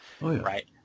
Right